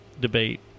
debate